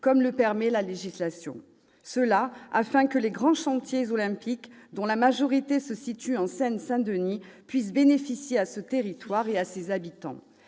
comme le permet la législation, afin que les grands chantiers olympiques, dont la majorité se situe en Seine-Saint-Denis, puissent bénéficier à ce territoire et à ses habitants.